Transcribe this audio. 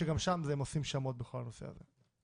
שגם שם הם עושים שמות בכל הנושא הזה.